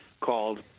called